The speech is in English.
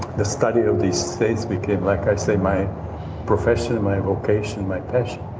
the study of these states became, like i say, my profession, my vocation, my passion.